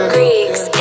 Greeks